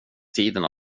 tiden